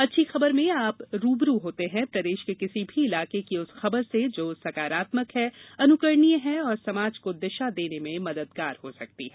अच्छी खबर में आप रूबरू होते हैं प्रदेश के किसी भी इलाके की उस खबर से जो सकारात्मक है अनुकरणीय है और समाज को दिशा देने में मददगार हो सकती है